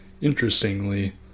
interestingly